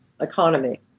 economy